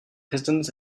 pistons